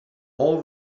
all